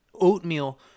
oatmeal